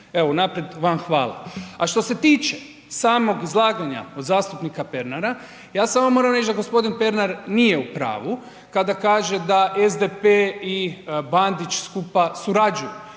evo unaprijed vam hvala. A što se tiče samog izlaganja od zastupnika Pernara, ja samo moram reć da g. Pernar nije u pravu kada kaže da SDP i Bandić skupa surađuju,